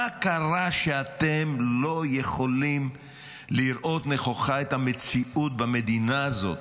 מה קרה שאתם לא יכולים לראות נכוחה את המציאות במדינה הזאת,